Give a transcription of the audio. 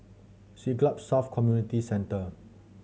Siglap South Community Centre